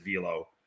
velo